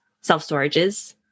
self-storages